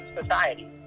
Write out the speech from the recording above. society